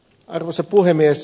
arvoisa puhemies